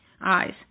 eyes